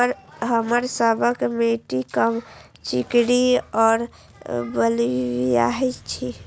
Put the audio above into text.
हमर सबक मिट्टी चिकनी और बलुयाही छी?